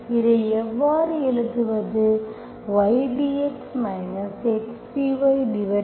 இதை எவ்வாறு எழுதுவது